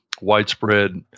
widespread